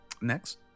Next